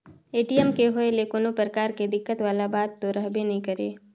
ATM के होए ले कोनो परकार के दिक्कत वाला बात तो रहबे नइ करे